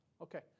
Okay